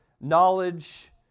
knowledge